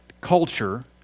culture